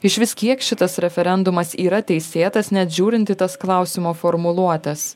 išvis kiek šitas referendumas yra teisėtas net žiūrint į tas klausimo formuluotes